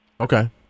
Okay